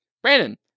Brandon